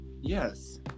Yes